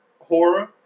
horror